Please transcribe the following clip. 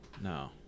No